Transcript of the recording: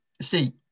see